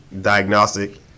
diagnostic